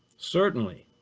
certainly.